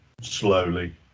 slowly